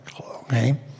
Okay